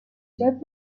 jeff